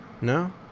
No